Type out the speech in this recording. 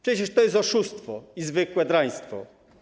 Przecież to jest oszustwo i zwykłe draństwo.